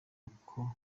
uko